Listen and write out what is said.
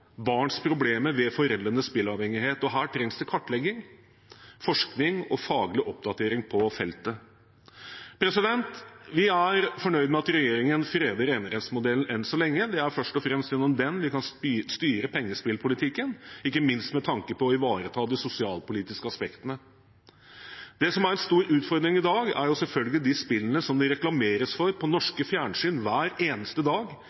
barns problemer ved foreldrenes spilleavhengighet. Her trengs det kartlegging, forskning og faglig oppdatering på feltet. Vi er fornøyd med at regjeringen freder enerettsmodellen enn så lenge. Det er først og fremst gjennom den vi kan styre pengespillpolitikken, ikke minst med tanke på å ivareta de sosialpolitiske aspektene. Det som er en stor utfordring i dag, er selvfølgelig de spillene som det reklameres for på norske fjernsynsapparater hver eneste dag.